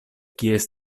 kies